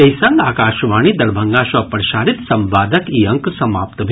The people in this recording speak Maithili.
एहि संग आकाशवाणी दरभंगा सँ प्रसारित संवादक ई अंक समाप्त भेल